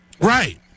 Right